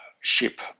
ship